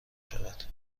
شود